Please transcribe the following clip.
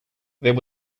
there